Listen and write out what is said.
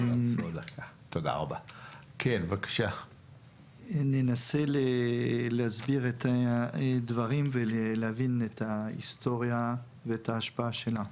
אני אנסה להסביר את הדברים ולהבין את ההיסטוריה ואת ההשפעה שלה.